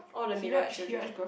all the middle children